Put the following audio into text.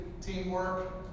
teamwork